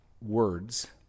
words